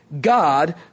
God